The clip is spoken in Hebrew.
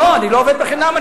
לא, אני לא עובד בחינם.